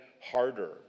harder